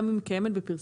גם אם היא קיימת בפרסומת,